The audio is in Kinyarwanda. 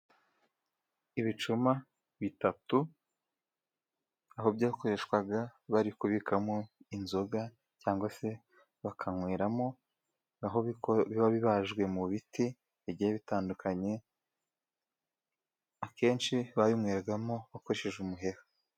Ibicuma bitatu aho byakoreshwaga bari kubikamo inzoga, cyangwa se bakanyweramo. Aho biba bibajwe mu biti bigiye bitandukanye. Akenshi babinyweragamo bakoresheje umuheha.